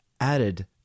added